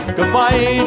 Goodbye